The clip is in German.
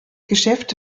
geschäft